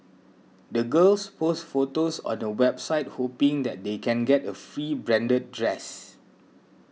the girls posts photos on a website hoping that they can get a free branded dress